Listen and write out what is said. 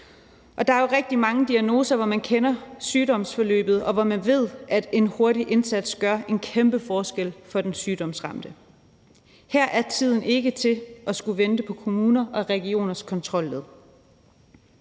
og der er rigtig mange diagnoser, hvor man kender sygdomsforløbet, og hvor man ved, at en hurtig indsats gør en kæmpe forskel for den sygdomsramte. Her er tiden ikke til at skulle vente på kommuners og regioners kontrolled.